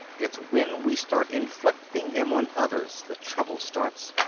it's when we start inflicting them on others the trouble starts.